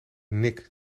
nick